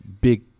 big